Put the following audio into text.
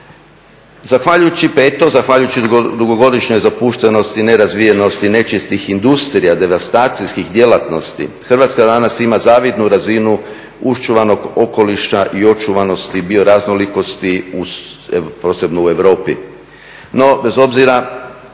Zahvaljujući … zahvaljujući dugogodišnjoj zapuštenosti, nerazvijenosti, nečistih industrija, devastacijskih djelatnosti Hrvatska danas ima zavidnu razinu uščuvanog okoliša i očuvanosti bioraznolikosti posebno u Europi.